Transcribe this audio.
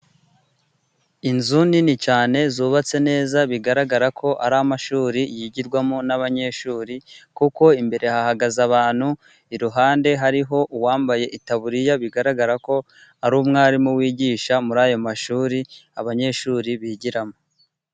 inzu nini cyane zubatse neza, bigaragara ko ari amashuri yigirwamo n'abanyeshuri, kuko imbere hahagaze abantu, iruhande hariho uwambaye itaburiya bigaragara ko ari umwarimu wigisha muri ayo mashuri, abanyeshuri bigiramo.